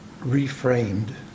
reframed